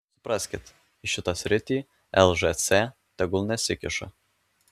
supraskit į šitą sritį lžc tegul nesikiša